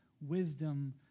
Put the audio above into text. wisdom